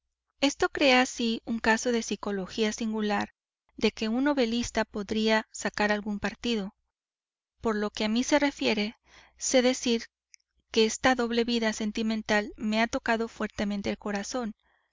esto crea así un caso de sicología singular de que un novelista podría sacar algún partido por lo que a mí se refiere sé decir que esta doble vida sentimental me ha tocado fuertemente el corazón